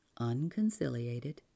unconciliated